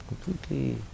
completely